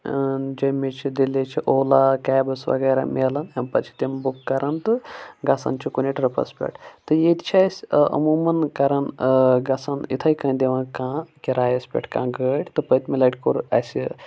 جیٚمہِ چھِ دِلہِ چھِ اولا کیبٕس وغیرہ مِلان اَمہِ پَتہٕ چھِ تِم بُک کَران تہٕ گژھان چھِ کُنہِ ٹِرٛپَس پٮ۪ٹھ تہٕ ییٚتہِ چھِ اَسہِ عموٗماً کَران گَژھان یِتھَے کٔنۍ دِوان کانٛہہ کِرایَس پٮ۪ٹھ کانٛہہ گٲڑۍ تہٕ پٔتۍ مہِ لَٹہِ کوٚر اَسہِ